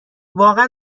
واقعا